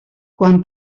quan